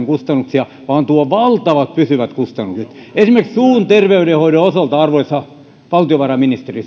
kustannuksia vaan tuo valtavat pysyvät kustannukset esimerkiksi suun terveydenhoidon osalta arvoisa valtiovarainministeri